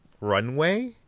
runway